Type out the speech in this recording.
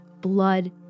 blood